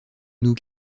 nous